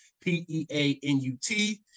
p-e-a-n-u-t